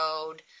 road